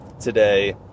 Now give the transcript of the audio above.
today